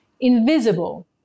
invisible